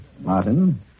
Martin